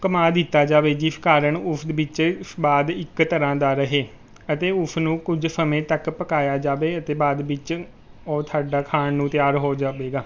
ਘੁੰਮਾ ਦਿੱਤਾ ਜਾਵੇ ਜਿਸ ਕਾਰਨ ਉਸ ਵਿੱਚ ਸਵਾਦ ਇੱਕ ਤਰ੍ਹਾਂ ਦਾ ਰਹੇ ਅਤੇ ਉਸਨੂੰ ਕੁਝ ਸਮੇਂ ਤੱਕ ਪਕਾਇਆ ਜਾਵੇ ਅਤੇ ਬਾਅਦ ਵਿੱਚ ਉਹ ਤੁਹਾਡਾ ਖਾਣ ਨੂੰ ਤਿਆਰ ਹੋ ਜਾਵੇਗਾ